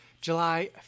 July